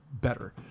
better